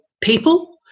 people